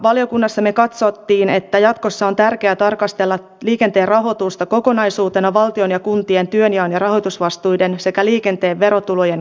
valiokunnassa me katsoimme että jatkossa on tärkeää tarkastella liikenteen rahoitusta kokonaisuutena valtion ja kuntien työnjaon ja rahoitusvastuiden sekä liikenteen verotulojen kohdistumisen näkökulmasta